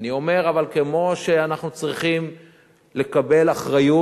אני אומר: אבל כמו שאנחנו צריכים לקבל אחריות,